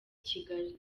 kigali